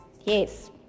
yes